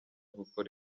gukora